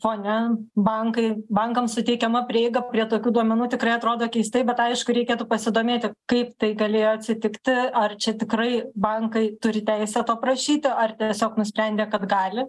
fone bankai bankams suteikiama prieiga prie tokių duomenų tikrai atrodo keistai bet aišku reikėtų pasidomėti kaip tai galėjo atsitikti ar čia tikrai bankai turi teisę to prašyti ar tiesiog nusprendė kad gali